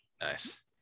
Nice